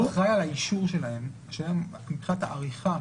אחרי האישור שלהם, מבחינת העריכה.